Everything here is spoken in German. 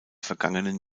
vergangenen